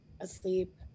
asleep